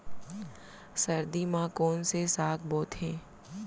सर्दी मा कोन से साग बोथे?